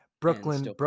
Brooklyn